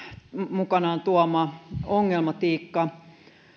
mukanaan tuoma ongelmatiikka